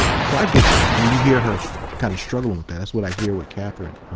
so i get that. and you hear her kind of struggling with that, is what i hear with kathryne.